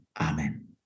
Amen